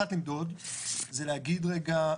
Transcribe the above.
למדוד זה להגיד רגע,